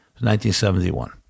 1971